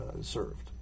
served